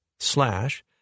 slash